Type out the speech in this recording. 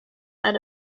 out